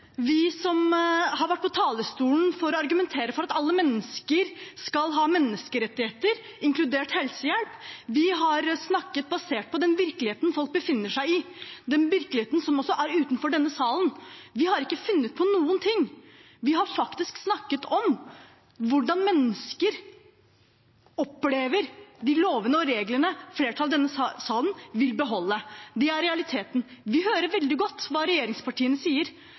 Vi som har vært på talerstolen for å argumentere for at alle mennesker skal ha menneskerettigheter, inkludert helsehjelp, har snakket basert på den virkeligheten folk befinner seg i, den virkeligheten som også er utenfor denne salen. Vi har ikke funnet på noen ting. Vi har faktisk snakket om hvordan mennesker opplever de lovene og reglene flertallet i denne salen vil beholde. Det er realiteten. Vi hører veldig godt hva regjeringspartiene sier.